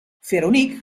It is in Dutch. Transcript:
veronique